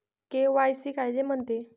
KYC कायले म्हनते?